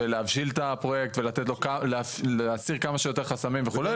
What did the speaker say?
להבשיל את הפרויקט ולהסיר כמה שיותר חסמים וכו',